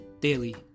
Daily